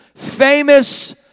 famous